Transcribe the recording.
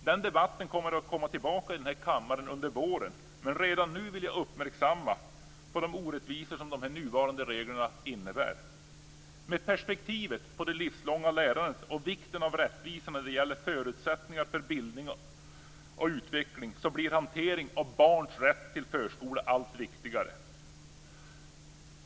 Den debatten kommer att återkomma i den här kammaren under våren, men redan nu vill jag uppmärksamma de orättvisor som nuvarande regler innebär. I perspektiv av det livslånga lärandet och vikten av rättvisa när det gäller förutsättningar för bildning och utveckling blir hanteringen av barns rätt till förskola allt viktigare.